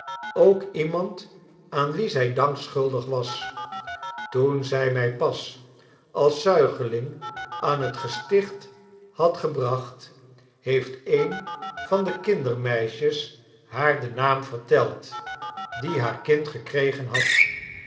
ook iemand aan wie zij dank schuldig was toen zij mij pas als zuigeling aan het gesticht had gebracht heeft een van de kindermeisjes haar den naam verteld dien haar kind gekregen had